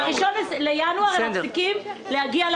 ב-1 בינואר הם מפסיקים להגיע למעונות.